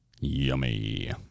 Yummy